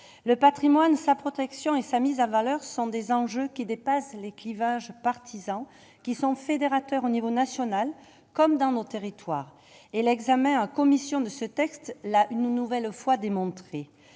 le Patrimoine sa protection et sa mise à valeur sont des enjeux qui dépassent les clivages partisans qui sont fédérateurs au niveau national comme dans nos territoires et l'examen en commission de ce texte là une nouvelle fois démontré